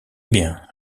bien